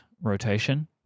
rotation